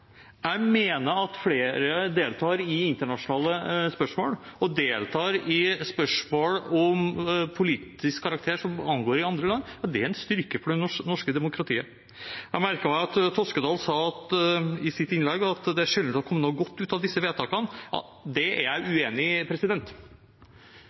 jeg enig i. Jeg mener at når flere deltar i internasjonale spørsmål og deltar i spørsmål av politisk karakter som angår andre land, er det en styrke for det norske demokratiet. Jeg merket meg at Toskedal i sitt innlegg sa at det er sjelden det kommer noe godt ut av disse vedtakene. Det er jeg